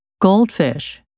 goldfish